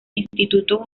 instituto